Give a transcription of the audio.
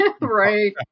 right